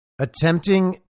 attempting